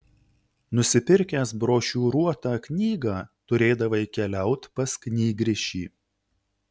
nusipirkęs brošiūruotą knygą turėdavai keliaut pas knygrišį